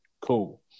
cool